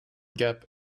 gap